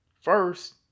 first